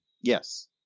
Yes